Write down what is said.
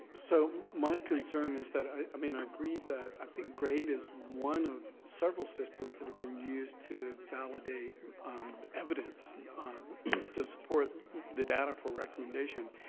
ah so my concern is that. i mean i agree that i think grade is one of several systems that have been used to validate the evidence to support the data for recommendation.